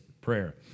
prayer